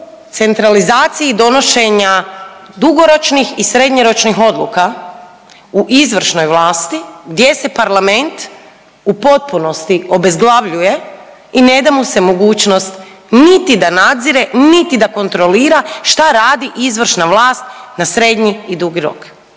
centralizaciji donošenja dugoročnih iu srednjoročnih odluka u izvršnoj vlasti gdje se Parlament u potpunosti obezglavljuje i ne da mu se mogućnost niti da nadzire, niti da kontrolira šta radi izvršna vlast na srednji i dugi rok,